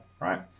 right